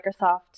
Microsoft